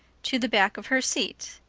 to the back of her seat.